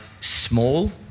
small